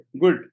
good